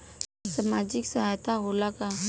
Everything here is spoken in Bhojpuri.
सामाजिक सहायता होला का?